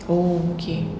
oh okay